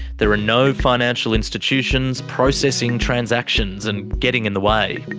there are no financial institutions processing transactions and getting in the way.